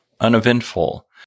uneventful